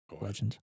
Legend